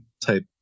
type